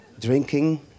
drinking